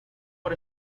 por